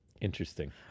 Interesting